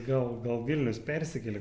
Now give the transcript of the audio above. gal gal vilnius persikėlė